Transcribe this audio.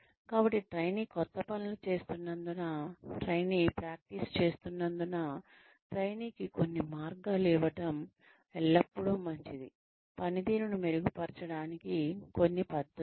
కాబట్టి ట్రైనీ కొత్త పనులు చేస్తున్నందున ట్రైనీ ప్రాక్టీస్ చేస్తున్నందున ట్రైనీకి కొన్ని మార్గాలు ఇవ్వడం ఎల్లప్పుడూ మంచిది పనితీరును మెరుగుపరచడానికి కొన్ని పద్ధతులు